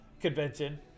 convention